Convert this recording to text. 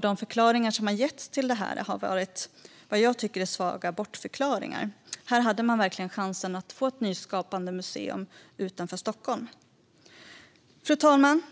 De förklaringar som har getts är, vad jag tycker, svaga bortförklaringar. Här hade man verkligen chansen att få ett nyskapande museum utanför Stockholm. Fru talman!